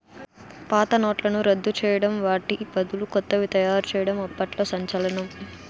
పాత నోట్లను రద్దు చేయడం వాటి బదులు కొత్తవి తయారు చేయడం అప్పట్లో సంచలనం